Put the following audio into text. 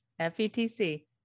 FETC